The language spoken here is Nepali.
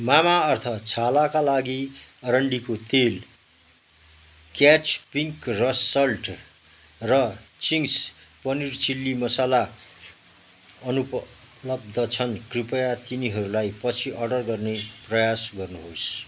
मामाअर्थ छालाका लागि अरन्डीको तेल क्याच पिङ्क रस सल्ट र चिङ्ग्स पनीर चिल्ली मसाला अनुपलब्ध छन् कृपया तिनीहरूलाई पछि अर्डर गर्ने प्रयास गर्नुहोस्